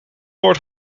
wordt